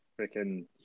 freaking